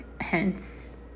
Hence